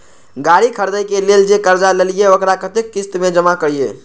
गाड़ी खरदे के लेल जे कर्जा लेलिए वकरा कतेक किस्त में जमा करिए?